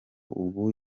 ubu